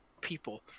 people